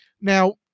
Now